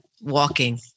walking